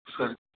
சரி